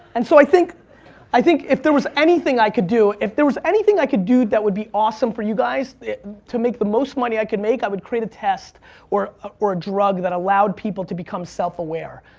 and so i think i think if there was anything i could do, if there was anything i could do that would be awesome for you guys to make the most money i could make i would create a test or ah or a drug that allowed people to become self aware.